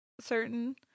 certain